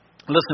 Listen